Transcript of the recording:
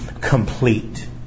complete